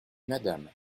madame